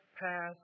passed